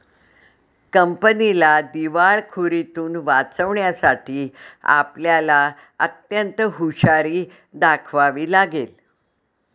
कंपनीला दिवाळखोरीतुन वाचवण्यासाठी आपल्याला अत्यंत हुशारी दाखवावी लागेल